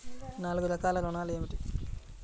నాలుగు రకాల ఋణాలు ఏమిటీ?